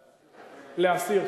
להסיר.